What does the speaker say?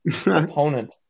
opponent